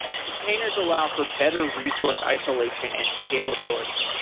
containers allow for better resource isolation and scalability.